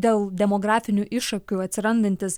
dėl demografinių iššūkių atsirandantis